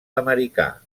americà